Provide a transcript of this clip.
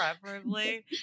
Preferably